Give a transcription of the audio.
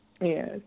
Yes